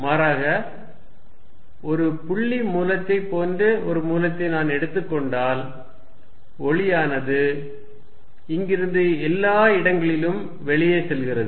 மாறாக ஒரு புள்ளி மூலத்தைப் போன்ற ஒரு மூலத்தை நான் எடுத்துக் கொண்டால் ஒளியானது இங்கிருந்து எல்லா இடங்களிலும் வெளியே செல்கிறது